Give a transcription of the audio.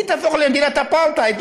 שהיא תהפוך למדינת אפרטהייד,